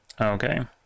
okay